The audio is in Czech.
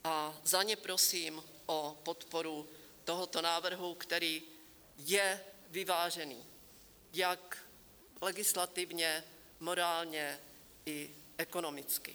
A za ně prosím o podporu tohoto návrhu, který je vyvážený jak legislativně, morálně i ekonomicky.